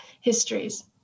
histories